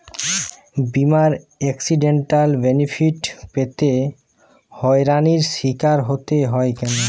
বিমার accidental benefit পেতে হয়রানির স্বীকার হতে হয় কেন?